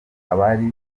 abari